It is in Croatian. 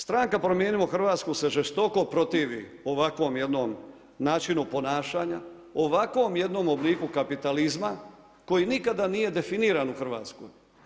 Stranka „Promijenimo Hrvatsku“ se žestoko protivi ovakvom jednom načinu ponašanja, ovakvom jednom obliku kapitalizma koji nikada nije definiran u Hrvatskoj.